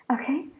Okay